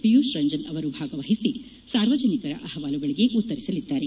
ಪಿಯೂಷ್ ರಂಜನ್ ಅವರು ಭಾಗವಹಿಸಿ ಸಾರ್ವಜನಿಕರ ಅಹವಾಲುಗಳಿಗೆ ಉತ್ತರಿಸಲಿದ್ದಾರೆ